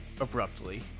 abruptly